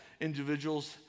individuals